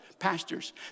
pastors